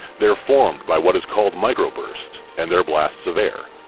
they're formed by what is called microbursts and they're blasts of air.